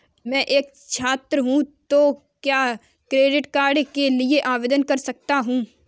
मैं एक छात्र हूँ तो क्या क्रेडिट कार्ड के लिए आवेदन कर सकता हूँ?